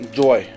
joy